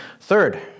Third